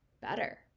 better